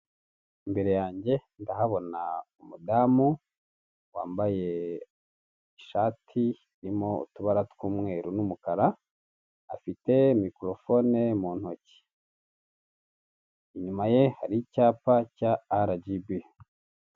Imbere yanjye ndahabona umudamu wambaye ishati irimo utubara tw'umweru n'umukara afite mikorofone mu ntoki inyuma ye hari icyapa cya Arajibi.